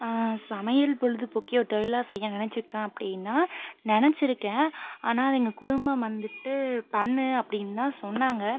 சமையல் பொழுதுபோக்கே ஒரு தொழிலாக செய்ய நினச்சிருக்கேன் அப்படினா நினச்சிருக்கேன் ஆனால் அது எங்கள் குடும்பம் வந்துட்டு பண்ணு அப்படின்தான் சொன்னாங்க